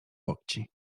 łokci